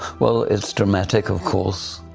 well its dramatic, of course.